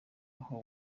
aho